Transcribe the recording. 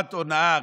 חבורת הונאה.